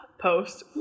post